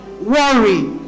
worry